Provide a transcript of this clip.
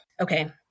okay